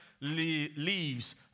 leaves